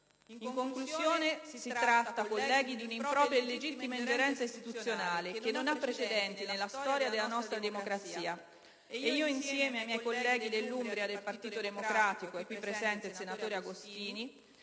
In conclusione, colleghi, si tratta di una impropria e illegittima ingerenza istituzionale che non ha precedenti nella storia della nostra democrazia ed io, insieme ai miei colleghi dell'Umbria del Partito Democratico - è qui presente il senatore Agostini